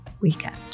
weekend